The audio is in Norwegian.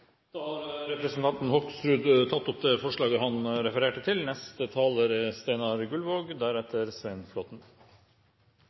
Da har representanten Robert Eriksson tatt opp det forslaget han refererte til.